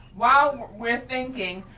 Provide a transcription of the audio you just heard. while we're thinking,